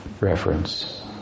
reference